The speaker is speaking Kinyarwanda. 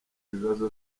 bibazo